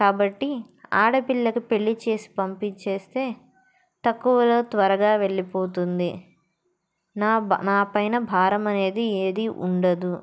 కాబట్టి ఆడపిల్లకు పెళ్ళి చేసి పంపించేస్తే తక్కువలో త్వరగా వెళ్ళిపోతుంది నా నా పైన భారం అనేది ఏది ఉండదు